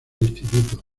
instituto